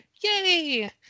Yay